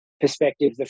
perspective